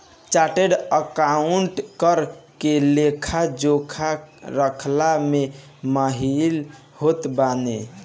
chartered accountant कर के लेखा जोखा रखला में माहिर होत बाने